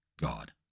God